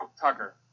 Tucker